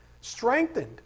strengthened